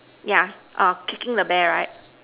yeah err kicking the bear right